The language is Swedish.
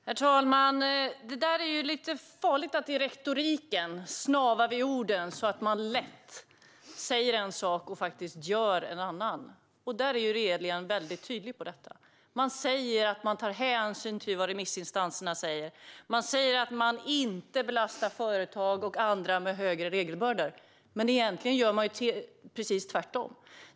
Herr talman! Det är ju lite farligt att snava på orden i retoriken. Det är lätt att man säger en sak och gör en annan. Här är det tydligt. Regeringen säger att man tar hänsyn till vad remissinstanserna säger och att man inte belastar företag eller andra med större regelbördor, men egentligen gör man precis tvärtom.